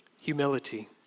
Humility